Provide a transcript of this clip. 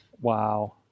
wow